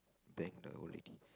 bang the old lady